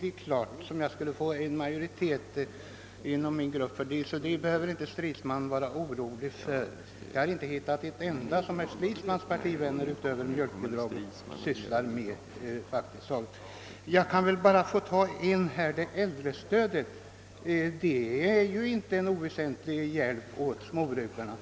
vilka jag skulle kunna få majoritet inom min grupp, så det behöver inte herr Stridsman vara orolig för, men jag har inte hittat en enda sak utöver mjölkbidraget som herr Stridsmans partivänner förordar. Jag kan nämna som exempel äldrestödet, som är en inte oväsentlig hjälp åt jordbrukarna.